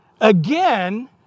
Again